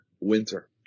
winter